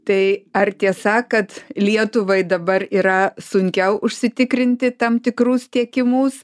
tai ar tiesa kad lietuvai dabar yra sunkiau užsitikrinti tam tikrus tiekimus